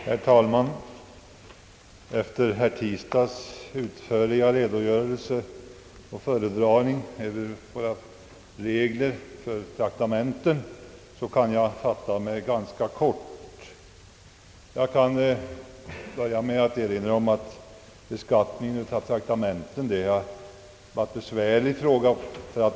Herr talman! Efter herr Tistads utförliga redogörelse och föredragning av våra regler för beskattning av traktamenten kan jag fatta mig ganska kort. Jag kan nöja mig med att erinra om att beskattningen av traktamenten alltid varit en besvärlig fråga.